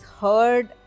heard